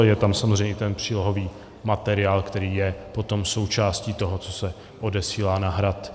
Je tam samozřejmě i ten přílohový materiál, který je potom součástí toho, co se odesílá na Hrad.